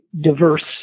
diverse